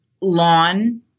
lawn